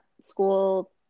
school